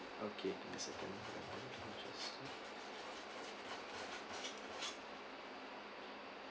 okay give me a second manchester